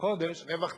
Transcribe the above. בחודש, רווח תפעולי.